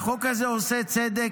החוק הזה עושה צדק,